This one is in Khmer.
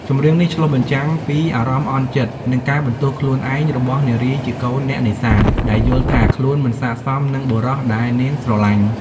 ចម្រៀងនេះឆ្លុះបញ្ចាំងពីអារម្មណ៍អន់ចិត្ត និងការបន្ទោសខ្លួនឯងរបស់នារីជាកូនអ្នកនេសាទ ដែលយល់ថាខ្លួនមិនស័ក្តិសមនឹងបុរសដែលនាងស្រឡាញ់។